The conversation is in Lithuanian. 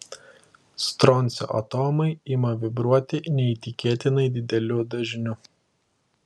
stroncio atomai ima vibruoti neįtikėtinai dideliu dažniu